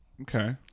Okay